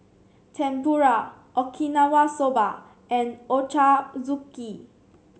Tempura Okinawa Soba and Ochazuke